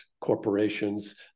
corporations